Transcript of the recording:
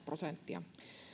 prosenttia